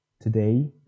Today